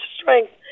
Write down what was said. strength